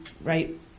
Right